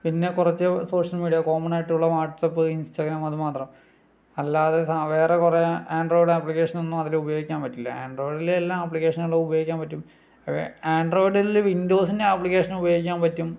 പിന്നെ കുറച്ച് social media കോമണായിട്ടുള്ള വാട്സ്ആപ്പ് ഇൻസ്റ്റാഗ്രാം അതുമാത്രം അല്ലാതെ സാ വേറെ കുറെ ആൻഡ്രോയിഡ് ആപ്ലിക്കേഷൻ ഒന്നും അതില് ഉപയോഗിക്കാൻ പറ്റില്ല ആൻഡ്രോയിഡില് എല്ലാ ആപ്ലിക്കേഷനുകളും ഉപയോഗിക്കാൻ പറ്റും വേ ആൻഡ്രോയിഡില് വിൻഡോസിൻ്റെ ആപ്ലിക്കേഷനുകളും ഉപയോഗിക്കാൻ പറ്റും